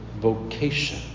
vocation